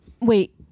Wait